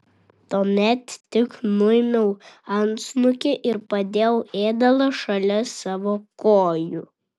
tuomet tik nuėmiau antsnukį ir padėjau ėdalą šalia savo kojų